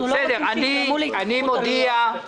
אנחנו לא רוצים שיגרמו להתעכבות הרפורמה.